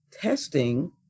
testing